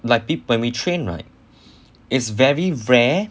like peop~ when we train right its very rare